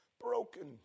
broken